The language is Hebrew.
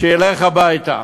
שילך הביתה.